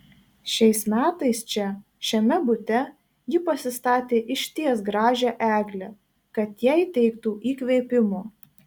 šiais metais čia šiame bute ji pasistatė išties gražią eglę kad jai teiktų įkvėpimo